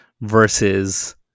versus